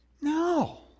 No